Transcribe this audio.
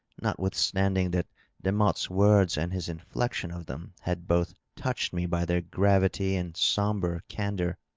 notwithstanding that de motte's words and his inflection of them had both touched me by their gravity and sombre candor,